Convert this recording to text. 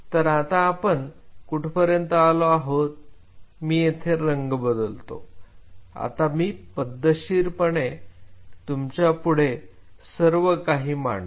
तर आता आपण कुठपर्यंत आलो आहोत मी येथे रंग बदलतो आता मी पद्धतशीरपणे तुमच्यापुढे सर्वकाही मांडतो